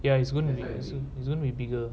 yeah it's gonna it's gonna be bigger